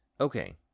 Okay